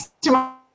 tomorrow